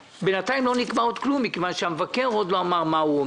בינתיים לא נקבע עוד כלום מכיוון שהמבקר עוד לא אמר את דברו.